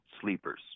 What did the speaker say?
Sleepers